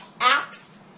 acts